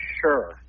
Sure